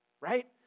right